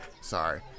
sorry